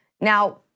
Now